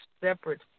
separate